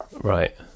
Right